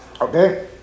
Okay